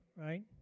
right